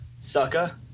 sucker